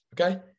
okay